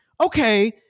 okay